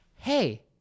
hey